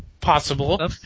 possible